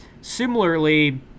Similarly